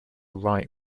right